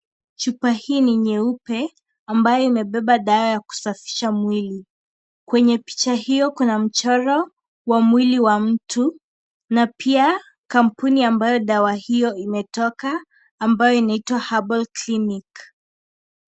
Chupa hii ni nyeupe, ambayo imebeba dawa ya kusafisha mwili. Kwenye picha hiyo kuna mchoro wa mwili wa mtu na pia kampuni ambayo dawa hiyo imetoka ambayo inaitwa, Herbal Clinic.